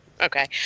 Okay